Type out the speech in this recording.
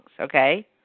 okay